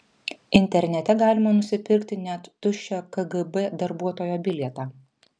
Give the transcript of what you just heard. internete galima nusipirkti net tuščią kgb darbuotojo bilietą